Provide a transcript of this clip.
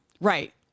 right